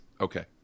Okay